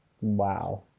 Wow